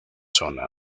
zona